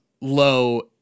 low